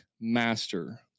master